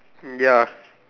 ya